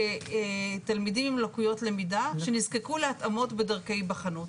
כתלמידים עם לקויות למידה שנזקקו להתאמות בדרכי היבחנות.